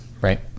right